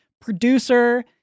producer